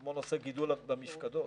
כמו נושא הגידול במפקדות.